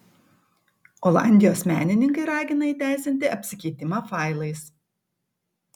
olandijos menininkai ragina įteisinti apsikeitimą failais